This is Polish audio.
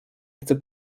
chce